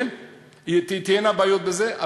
תהיינה בעיות בזה,